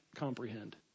comprehend